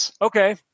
Okay